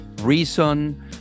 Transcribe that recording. reason